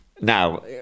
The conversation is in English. Now